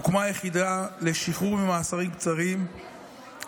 הוקמה היחידה לשחרור ממאסרים קצרים,